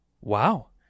Wow